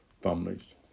families